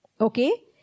Okay